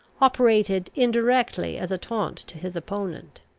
operated indirectly as a taunt to his opponent.